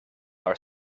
are